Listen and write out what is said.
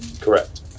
Correct